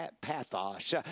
pathos